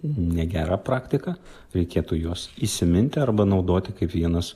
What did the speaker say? negera praktika reikėtų juos įsiminti arba naudoti kaip vienas